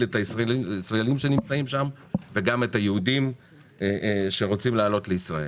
את הישראלים שנמצאים שם וגם את היהודים שרוצים לעלות לישראל.